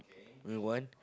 only one